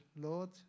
Lord